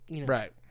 Right